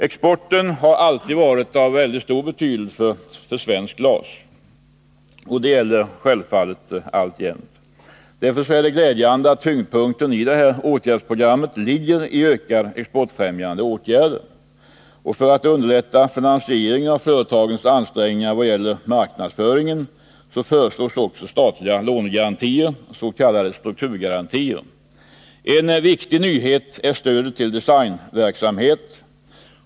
Exporten har alltid haft stor betydelse för den svenska glasindustrin, och det gäller självfallet alltjämt. Därför är det glädjande att tyngdpunkten i åtgärdsprogrammet ligger i ökade exportfrämjande åtgärder. För att underlätta finansieringen av företagens ansträngningar i vad gäller marknadsföringen föreslås också statliga lånegarantier, s.k. strukturgarantier. En viktig nyhet är stödet till designverksamheten.